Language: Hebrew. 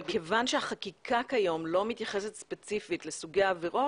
אבל כיוון שהחקיקה כיום לא מתייחסת ספציפית לסוגי העבירות,